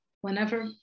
whenever